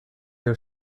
your